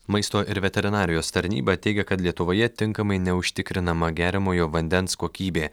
maisto ir veterinarijos tarnyba teigia kad lietuvoje tinkamai neužtikrinama geriamojo vandens kokybė